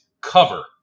cover